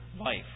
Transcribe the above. life